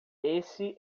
esse